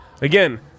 Again